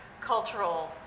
cultural